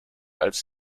als